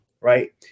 right